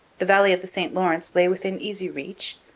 the valley of the st lawrence lay within easy reach,